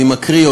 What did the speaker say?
אני מקריא,